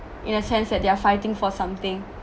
in a sense that they are fighting for something